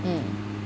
eh